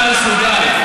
אתה מסוגל,